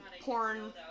porn